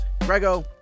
Grego